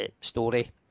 Story